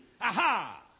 aha